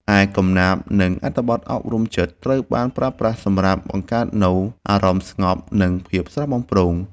ឯកំណាព្យ និងអត្ថបទអប់រំចិត្ត ត្រូវបានប្រើប្រាស់សម្រាប់បង្កើតនូវអារម្មណ៍ស្ងប់ និងភាពស្រស់បំព្រង។